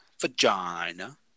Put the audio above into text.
vagina